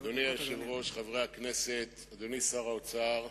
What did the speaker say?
אדוני היושב-ראש, חברי הכנסת, אדוני שר האוצר,